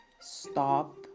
stop